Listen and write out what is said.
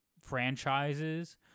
franchises